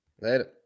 later